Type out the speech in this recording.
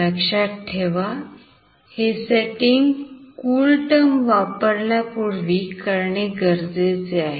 लक्षात ठेवा हे setting CoolTerm वापरण्यापूर्वी करणे गरजेचे आहे